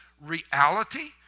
reality